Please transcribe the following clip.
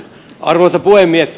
arvoisa puhemies